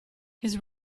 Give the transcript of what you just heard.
his